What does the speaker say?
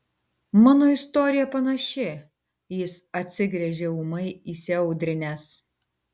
mano istorija panaši jis atsigręžė ūmai įsiaudrinęs